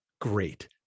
Great